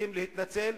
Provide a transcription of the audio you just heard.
צריכים להתנצל.